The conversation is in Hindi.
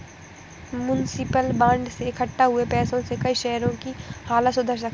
म्युनिसिपल बांड से इक्कठा हुए पैसों से कई शहरों की हालत सुधर सकती है